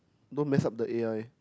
don't mess up the A_I